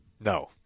No